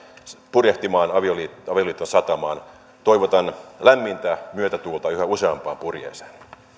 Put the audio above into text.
purjehtimaan avioliiton satamaan toivotan lämmintä myötätuulta yhä useampaan purjeeseen